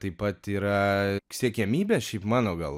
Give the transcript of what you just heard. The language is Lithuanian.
taip pat yra siekiamybė šiaip mano gal